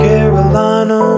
Carolina